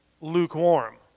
lukewarm